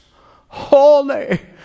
holy